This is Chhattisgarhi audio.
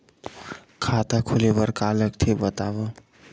खाता खोले बार का का लगथे बतावव?